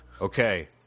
Okay